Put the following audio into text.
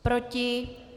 Proti?